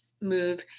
move